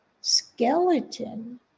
skeleton